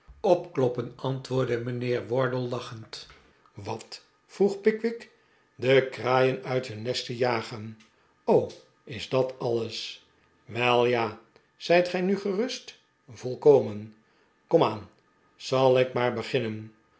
opkloppen antwoordde mijnheer wardle lachend wat vroeg pickwick d e kraaien uit hun nesten jagen o is dat alles wel ja zijt gij nu gerust volkomen kom aan zal ik maar beginne